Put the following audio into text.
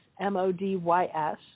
M-O-D-Y-S